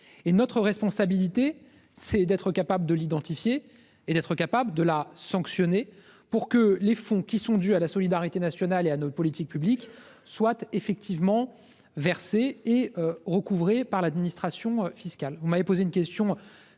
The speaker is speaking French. Notre responsabilité, c'est d'être capables d'identifier cette fraude et de la sanctionner, pour que les fonds dus à la solidarité nationale et à nos politiques publiques soient effectivement versés et recouvrés par l'administration fiscale.